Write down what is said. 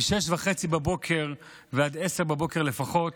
מ-06:30 ועד 10:00 לפחות,